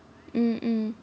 mm mm